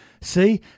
See